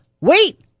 Wait